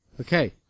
Okay